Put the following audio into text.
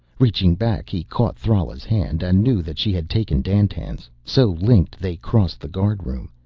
reaching back, he caught thrala's hand and knew that she had taken dandtan's. so linked they crossed the guard room.